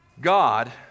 God